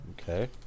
Okay